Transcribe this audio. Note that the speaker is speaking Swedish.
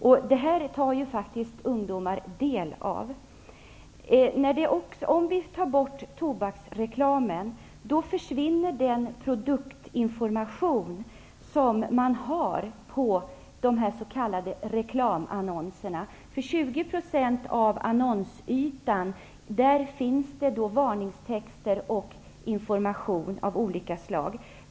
Om vi tar bort tobaksreklamen försvinner den produktinformation som finns i de s.k. reklamannonserna. 20 % av annonsytan upptar varningstexter och information av olika slag.